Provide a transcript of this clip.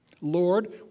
Lord